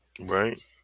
Right